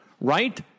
Right